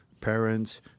parents